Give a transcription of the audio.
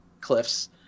cliffs